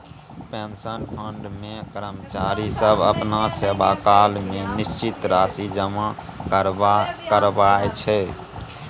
pension fund मे कर्मचारी सब अपना सेवाकाल मे निश्चित राशि जमा कराबै छै